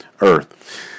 earth